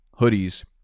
hoodies